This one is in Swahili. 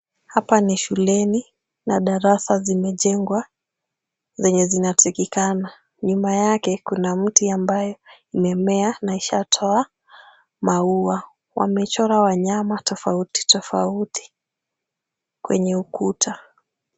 Hapa ni shuleni na darasa zimejengwa zenye zinatakikana. Nyuma yake kuna mti ambaye imemea na ishatoa maua. Wamechora wanyama tofauti tofauti kwenye ukuta.